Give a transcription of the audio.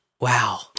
Wow